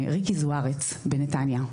לריקי זוארץ בנתניה.